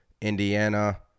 Indiana